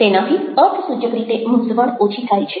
તેનાથી અર્થસૂચક રીતે મૂંઝવણ ઓછી થાય છે